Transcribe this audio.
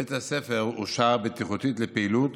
בית הספר אושר בטיחותית לפעילות